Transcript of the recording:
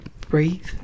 breathe